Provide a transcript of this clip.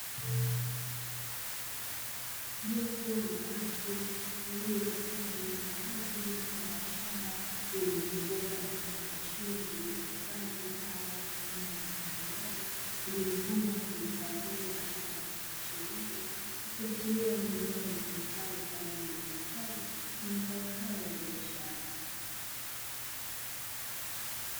Jopo la watu walio katika eneo la wazi mfano wa shamba, lililozungukwa na vifungashio vilivyohifadhi zao aina ya vitunguu maji vilivyovunwa na kuhifadhiwa katika vifungashio hivyo, ikiashiria ni eneo litumikalo kwa ajili ya uzalishaji wa mazao hayo ya biashara.